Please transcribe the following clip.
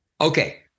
Okay